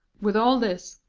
with all this,